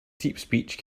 deepspeech